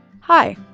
Hi